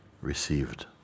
received